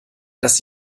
das